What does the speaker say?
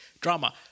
drama